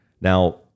Now